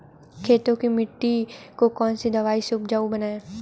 खेत की मिटी को कौन सी दवाई से उपजाऊ बनायें?